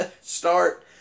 start